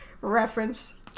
reference